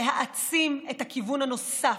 להעצים את הכיוון הנוסף: